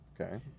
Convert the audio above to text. Okay